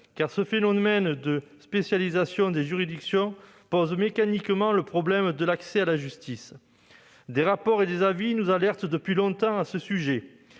car ce phénomène de spécialisation des juridictions pose mécaniquement le problème de l'accès à la justice. Des rapports et des avis nous alertent depuis longtemps à ce sujet